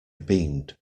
beamed